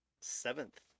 seventh